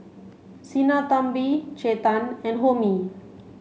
Sinnathamby Chetan and Homi